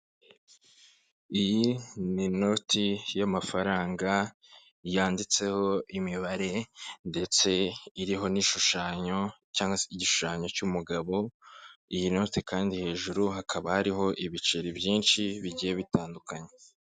Iyi ni inoti y'amafaranga yanditseho imibare ndetse iriho n'inshushanyo cyangwa se igishushanyo cy'umugabo, iyi note kandi hejuru hakaba hariho ibiceri byinshi bigiye bitandukanye.